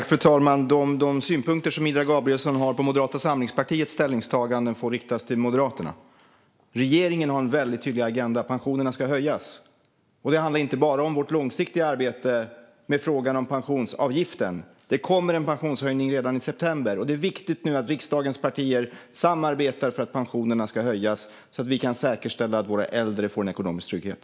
Fru talman! De synpunkter som Ida Gabrielsson har på Moderata samlingspartiets ställningstaganden får riktas till Moderaterna. Regeringen har en väldigt tydlig agenda: Pensionerna ska höjas. Det handlar inte bara om vårt långsiktiga arbete med frågan om pensionsavgiften, utan det kommer en pensionshöjning redan i september. Det är viktigt att riksdagens partier nu samarbetar för att pensionerna ska höjas så att vi kan säkerställa att våra äldre får en ekonomisk trygghet.